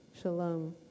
shalom